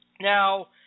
Now